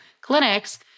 clinics